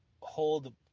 hold